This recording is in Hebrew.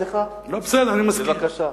בסדר, אני מסכים.